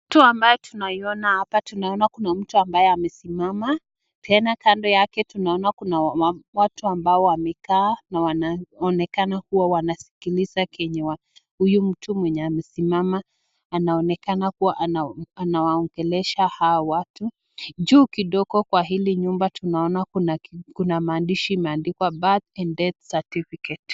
Mtu ambaye tunamwona hapa tunaona Kuna mtu ambaye amesimama, Tena kando yake kuna watu ambao wamekaa na wanaonekana kuwa wanasikiliza kenye huyu mtu mwenye amesimama anaonekana anawaongelesha Hawa watu, juu kidogo kwa hili nyumba tunaona maandishi imeandikwa births and deaths certificate .